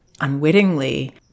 unwittingly